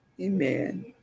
Amen